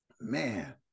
Man